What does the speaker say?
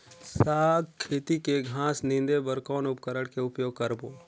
साग खेती के घास निंदे बर कौन उपकरण के उपयोग करबो?